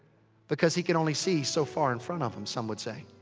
because he could only see so far in front of him, some would say.